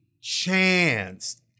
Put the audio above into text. chance